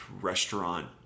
restaurant-